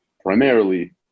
primarily